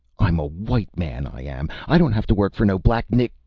i'm a white man, i am i don't have to work for no black ni.